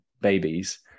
babies